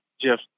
Jeff